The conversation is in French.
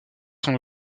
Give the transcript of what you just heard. sont